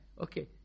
Okay